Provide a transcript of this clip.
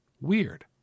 Weird